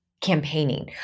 campaigning